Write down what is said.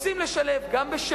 רוצים גם לשלב בשירות,